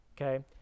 Okay